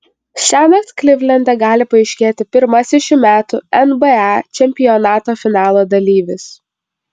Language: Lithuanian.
šiąnakt klivlende gali paaiškėti pirmasis šių metų nba čempionato finalo dalyvis